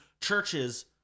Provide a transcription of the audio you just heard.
churches